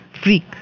freak